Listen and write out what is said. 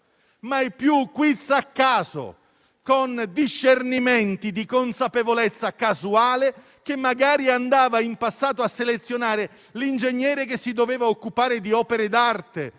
mai più quiz a caso, con discernimenti di consapevolezza casuale, che magari in passato selezionavano l'ingegnere che si doveva occupare di opere d'arte